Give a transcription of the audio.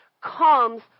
comes